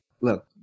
look